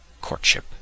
courtship